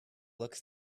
look